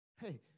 Hey